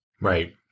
Right